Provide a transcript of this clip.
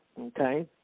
okay